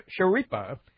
Sharipa